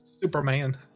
superman